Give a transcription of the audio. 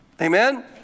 Amen